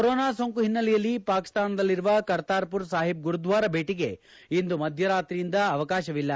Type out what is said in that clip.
corona ಸೋಂಕು ಹಿನ್ನೆಲೆಯಲ್ಲಿ ಪಾಕಿಸ್ತಾನದಲ್ಲಿರುವ ಕರ್ತಾರ್ಮರ್ ಸಾಹಿಬ್ ಗುರುದ್ವಾರ ಭೇಟಿಗೆ ಇಂದು ಮಧ್ಯರಾತ್ರಿಯಿಂದ ಅವಕಾಶವಿಲ್ಲ